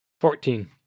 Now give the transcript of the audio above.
Fourteen